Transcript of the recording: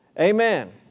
Amen